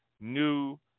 new